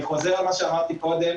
אני חוזר על מה שאמרתי קודם: